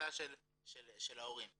של ההורים.